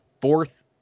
fourth